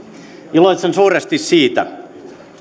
iloitsen suuresti siitä